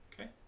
Okay